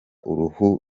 uruhu